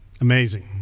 Amazing